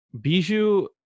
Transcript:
Bijou